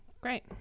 Great